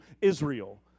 Israel